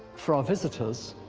for our visitors,